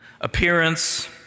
appearance